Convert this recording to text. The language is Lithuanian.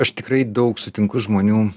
aš tikrai daug sutinku žmonių